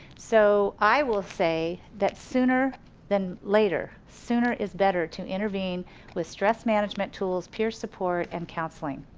so i will say that sooner than later, sooner is better to intervene with stress management tools, peer support, and counseling.